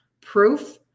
proof